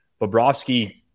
Bobrovsky